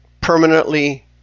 permanently